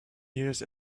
years